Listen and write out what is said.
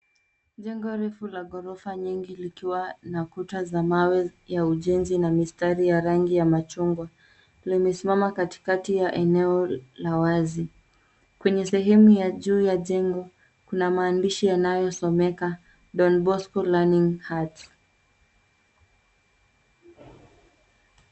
Jengo refu la ghorofa nyingi likiwa na kuta za mawe ya ujenzi na mistari ya rangi ya machungwa, limesimama katikati ya eneo la wazi. Kwenye sehemu ya juu ya jengo, kuna maandishi yanayosomeka, Johnbosco Learning Hearts.